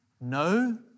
No